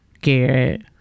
garrett